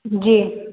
जी